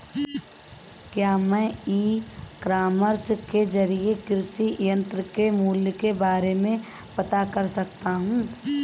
क्या मैं e commerce के ज़रिए कृषि यंत्र के मूल्य के बारे में पता कर सकता हूँ?